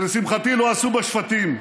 שלשמחתי לא עשו בה שפטים.